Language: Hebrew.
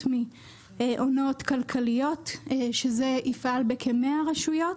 מהונאות כלכליות שזה יפעל בכ-100 רשויות.